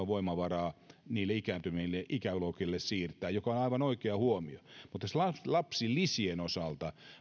on voimavaraa niille ikääntyneille ikäluokille siirtää mikä on aivan oikea huomio lapsilisien osalta